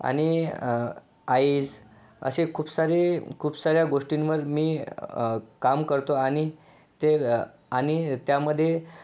आणि आईज असे खूप सारे खूप साऱ्या गोष्टींवर मी काम करतो आणि ते आणि त्यामध्ये